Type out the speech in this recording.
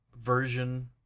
version